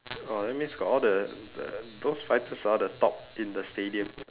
oh that means got all the the those fighters are the top in the stadium